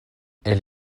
elle